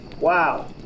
Wow